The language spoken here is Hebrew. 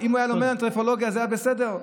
תודה,